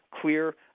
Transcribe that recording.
clear